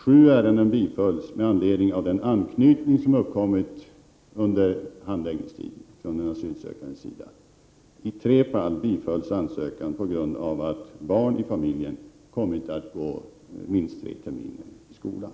7 ärenden bifölls med anledning av den anknytning som uppkommit under handläggningstiden från den asylsökandes sida. I 3 fall bifölls ansökan på grund av att barn i familjen kommit att gå minst tre terminer i skolan.